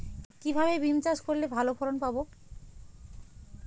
কিভাবে বিম চাষ করলে ভালো ফলন পাব?